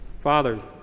Father